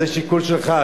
זה שיקול שלך,